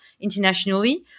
internationally